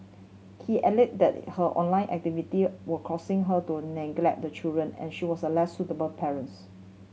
he alleged that her online activity were causing her to neglect the children and she was a less suitable parents